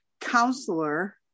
counselor